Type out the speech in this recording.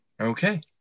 Okay